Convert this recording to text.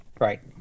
Right